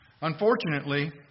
Unfortunately